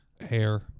hair